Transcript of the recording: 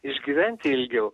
išgyventi ilgiau